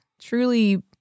truly